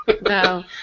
No